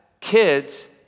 kids